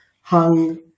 hung